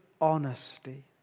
honesty